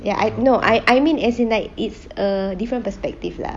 ya I know I I mean as in like it's a different perspective lah